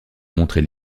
montrer